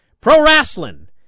pro-wrestling